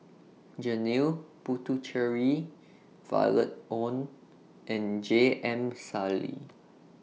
Janil Puthucheary Violet Oon and J M Sali